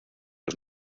los